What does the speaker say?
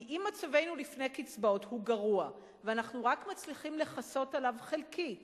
כי אם מצבנו לפני קצבאות הוא גרוע ואנחנו רק מצליחים לכסות עליו חלקית